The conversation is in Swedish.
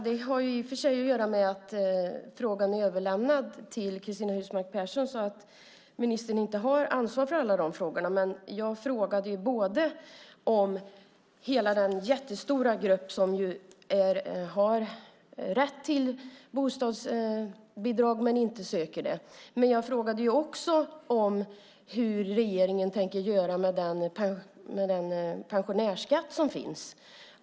Det har i och för sig att göra med att frågan har överlämnats till Cristina Husmark Pehrsson som inte har ansvar för alla frågor. Jag frågade om hela den jättestora grupp som har rätt till bostadstillägg men inte söker det. Men jag frågade också hur regeringen tänker göra med den pensionärsskatt som finns.